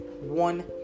one